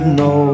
no